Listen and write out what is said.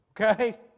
Okay